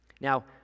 Now